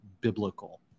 biblical